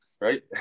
right